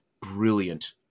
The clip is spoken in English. brilliant